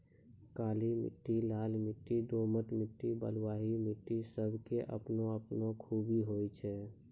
काली मिट्टी, लाल मिट्टी, दोमट मिट्टी, बलुआही मिट्टी सब के आपनो आपनो खूबी होय छै